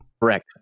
correct